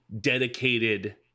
dedicated